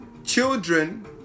children